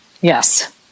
yes